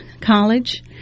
college